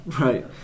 Right